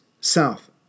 south